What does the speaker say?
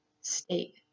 state